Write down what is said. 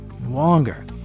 longer